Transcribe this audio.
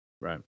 right